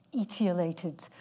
etiolated